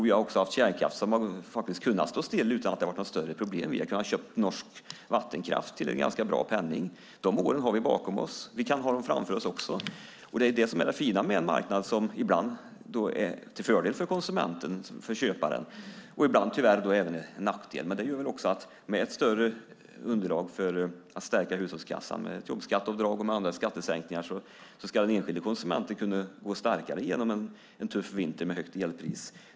Vi har också haft tider då kärnkraft har kunnat stå still utan att det har varit något större problem - vi har kunnat köpa norsk vattenkraft till en ganska bra penning. De åren har vi bakom oss. Men vi kan ha dem framför oss också. Det är det fina med en marknad som ibland är till fördel för konsumenten, köparen, och ibland tyvärr är till nackdel. Men med ett större underlag för att stärka hushållskassan genom jobbskatteavdrag och andra skattesänkningar ska den enskilde konsumenten kunna gå starkare genom en tuff vinter med högt elpris.